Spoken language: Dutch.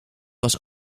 was